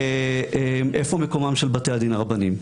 איפה מקומם של בתי הדין הרבניים?